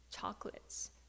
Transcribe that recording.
chocolates